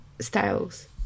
styles